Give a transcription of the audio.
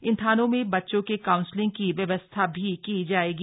इन थानों में बच्चों के काउंसलिग की व्यवस्था भी की जायेगी